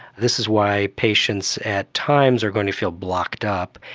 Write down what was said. this is why patients at times are going to feel blocked up,